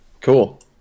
Cool